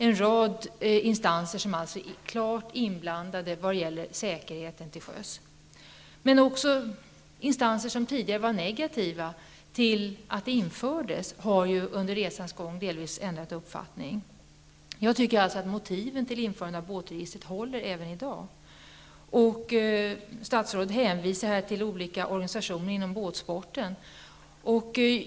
en rad instanser som alltså är klart inblandade vad gäller säkerheten till sjöss. Men också instanser som tidigare var negativa till att båtregistret infördes har under resans gång delvis ändrat uppfattning. Jag tycker att motiven för införandet av båtregistret håller även i dag. Statsrådet hänvisar till olika organisationer inom båtsporten.